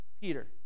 Peter